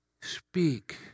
speak